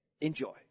Enjoy